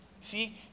See